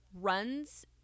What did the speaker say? runs